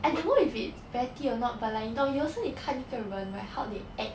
I don't know if it's petty or not but like 你懂有时候你看一个人 right how they act